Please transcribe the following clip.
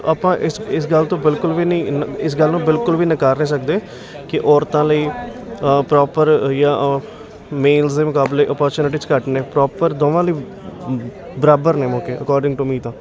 ਆਪਾਂ ਇਸ ਇਸ ਗੱਲ ਤੋਂ ਬਿਲਕੁਲ ਵੀ ਨਹੀਂ ਨ ਇਸ ਗੱਲ ਨੂੰ ਬਿਲਕੁਲ ਵੀ ਨਕਾਰ ਨਹੀਂ ਸਕਦੇ ਕਿ ਔਰਤਾਂ ਲਈ ਪ੍ਰੋਪਰ ਜਾਂ ਮੇਲਜ਼ ਦੇ ਮੁਕਾਬਲੇ ਆਪੋਚੁਨਿਟੀਜ਼ ਘੱਟ ਨੇ ਪ੍ਰੋਪਰ ਦੋਵਾਂ ਲਈ ਬਰਾਬਰ ਨੇ ਮੌਕੇ ਅਕੋਡਿੰਗ ਟੂ ਮੀ ਤਾਂ